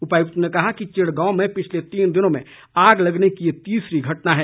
उपायुक्त ने कहा कि चिड़गांव में पिछले तीन दिनों में आग लगने की ये तीसरी घटना है